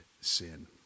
sin